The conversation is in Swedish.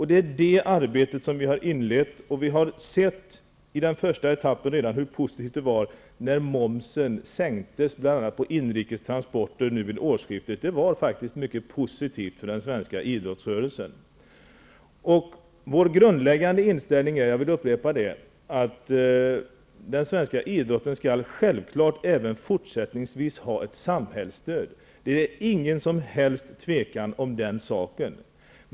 Det är detta arbete som vi har inlett, och vi har redan i den första etappen sett hur positivt det var för den svenska idrottsrörelsen när momsen sänktes bl.a. på inrikes transporter vid årsskiftet. Jag vill upprepa att vår grundläggande inställning självfallet är att den svenska idrotten även fortsättningsvis skall ha ett samhällsstöd. Det är ingen som helst tvekan om den saken.